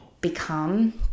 become